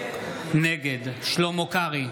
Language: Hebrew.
נגד שלמה קרעי,